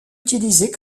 utilisées